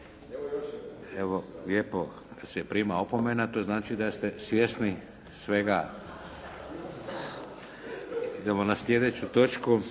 Evo lijepo se prima opomena, to znači da ste svjesni svega. **Bebić, Luka